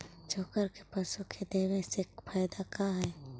चोकर के पशु के देबौ से फायदा का है?